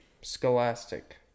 scholastic